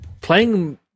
playing